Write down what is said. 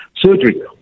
surgery